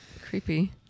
Creepy